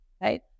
right